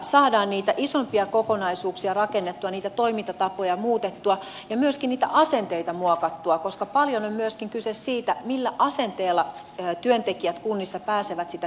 saadaan niitä isompia kokonaisuuksia rakennettua niitä toimintatapoja muutettua ja myöskin niitä asenteita muokattua koska paljon on myöskin kyse siitä millä asenteella työntekijät kunnissa pääsevät sitä työtään tekemään